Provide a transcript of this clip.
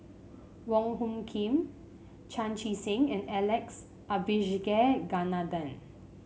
Wong Hung Khim Chan Chee Seng and Alex Abisheganaden